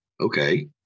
okay